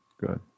Good